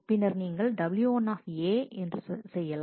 பின்னர் நீங்கள்W1 செய்யலாம்